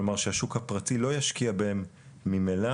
כלומר שהשוק הפרטי לא ישקיע בהם ממילא,